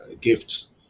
gifts